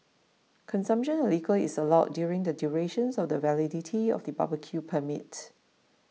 consumption of liquor is allowed during the duration of the validity of the barbecue permit